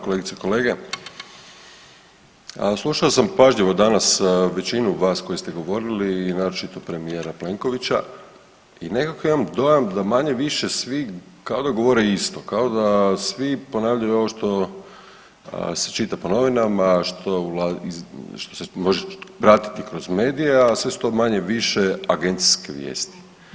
Kolegice i kolege, slušao sam pažljivo danas većinu vas koji ste govorili i naročito premijera Plenkovića i nekako imam dojam da manje-više kao da govore isto, kao da svi ponavljaju ovo što se čita po novinama, što se može pratiti kroz medije, a sve su to manje-više agencijske vijesti.